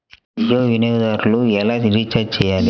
జియో వినియోగదారులు ఎలా రీఛార్జ్ చేయాలి?